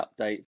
update